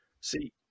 See